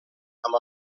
amb